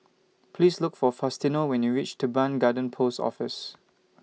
Please Look For Faustino when YOU REACH Teban Garden Post Office